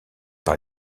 par